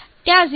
ત્યાં 0